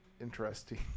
interesting